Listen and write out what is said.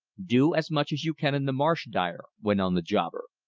do as much as you can in the marsh, dyer, went on the jobber.